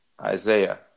Isaiah